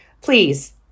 please